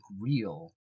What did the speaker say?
real